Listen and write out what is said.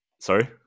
Sorry